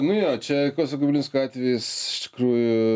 nu jo čia kosto kubilinsko atvejis iš tikrųjų